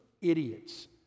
idiots